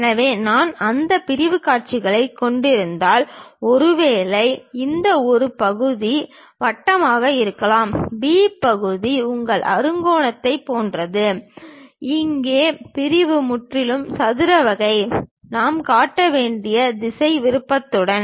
எனவே நான் அந்த பிரிவுக் காட்சிகளைக் கொண்டிருந்தால் ஒருவேளை இந்த ஒரு பகுதி பகுதி வட்டமாக இருக்கலாம் பி பகுதி உங்கள் அறுகோணத்தைப் போன்றது இங்கே பிரிவு முற்றிலும் சதுர வகை நாம் காட்ட வேண்டிய திசை விருப்பத்துடன்